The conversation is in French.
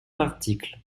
l’article